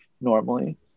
normally